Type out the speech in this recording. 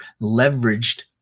leveraged